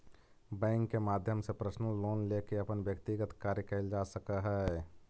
bank के माध्यम से पर्सनल लोन लेके अपन व्यक्तिगत कार्य कैल जा सकऽ हइ